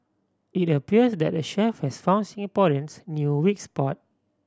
it appears that the chef has found Singaporeans' new weak spot